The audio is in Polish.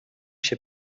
się